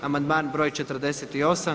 Amandman broj 48.